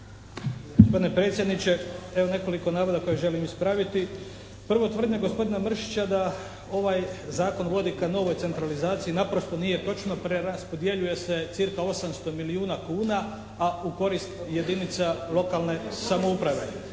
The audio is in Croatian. Gospodine predsjedniče, evo nekoliko navoda koje želim ispraviti. Prvo tvrdnja gospodina Mršića da ovaj zakon vodi ka novoj centralizaciji naprosto nije točno, preraspodjeljuje se cca 800 milijuna kuna, a u korist jedinica lokalne samouprave,